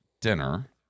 dinner